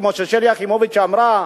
כמו ששלי יחימוביץ אמרה,